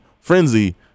frenzy